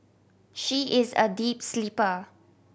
she is a deep sleeper